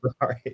Sorry